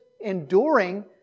enduring